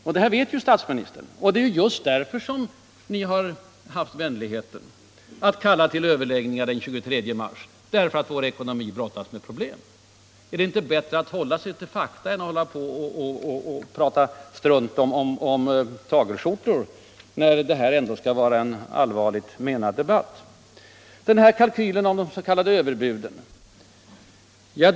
Och det är ju just för att statsministern vet att vår ekonomi brottas med problem som ni haft vänligheten att kalla till överläggningar den 23 mars. Är det inte bättre att hålla sig till fakta än att prata strunt om tagelskjortor, när nu detta ändå skall vara en allvarligt menad debatt? Sedan till kalkylen om de s.k. överbuden.